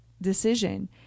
decision